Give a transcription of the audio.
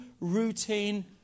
routine